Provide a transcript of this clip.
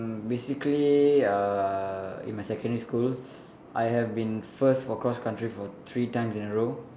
basically uh in my secondary school I have been first for cross country for three times in a row